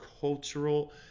cultural